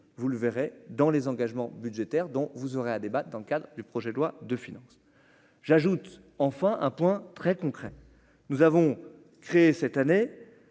vous le verrez dans les engagements budgétaires dont vous aurez à débattre dans le cadre du projet de loi de finances, j'ajoute enfin un point très concrets, nous avons créé cette année,